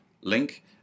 link